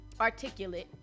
articulate